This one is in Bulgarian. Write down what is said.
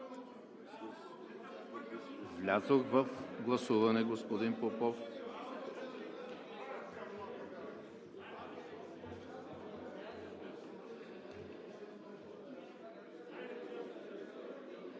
Влязох в гласуване, господин Попов.